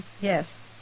Yes